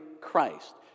Christ